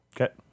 Okay